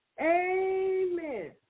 Amen